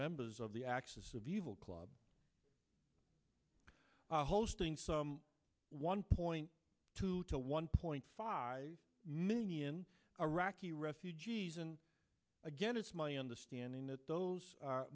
members of the axis of evil club hosting one point two to one point five million iraqi refugees and again it's my understanding that those